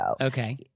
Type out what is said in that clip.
Okay